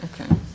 Okay